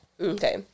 Okay